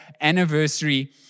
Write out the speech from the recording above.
anniversary